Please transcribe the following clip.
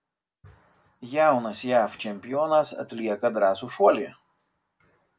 jaunas jav čempionas atlieka drąsų šuolį